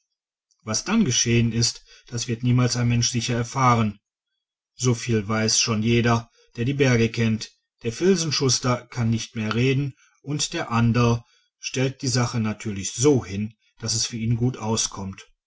was dann geschehen ist das wird niemals ein mensch sicher erfahren so viel weiß schon jeder der die berge kennt der filzenschuster kann nicht mehr reden und der anderl stellt die sache natürlich so hin daß es für ihn gut auskommt